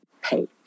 pay